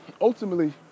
ultimately